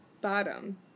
bottom